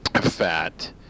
fat